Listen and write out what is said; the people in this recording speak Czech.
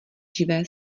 živé